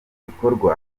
bikorwa